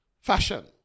fashion